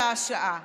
שעה-שעה?